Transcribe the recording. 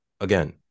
again